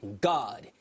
God